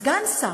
סגן שר,